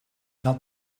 that